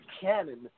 canon